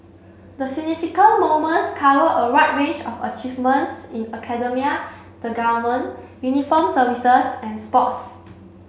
the significant moments cover a wide range of achievements in academia the government uniformed services and sports